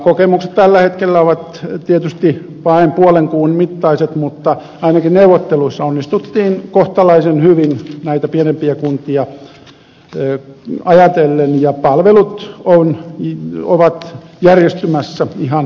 kokemukset tällä hetkellä ovat tietysti vain puolen kuun mittaiset mutta ainakin neuvotteluissa onnistuttiin kohtalaisen hyvin näitä pienempiä kuntia ajatellen ja palvelut ovat järjestymässä ihan mukavasti